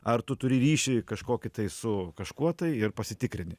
ar tu turi ryšį kažkokį tai su kažkuo tai ir pasitikrini